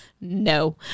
no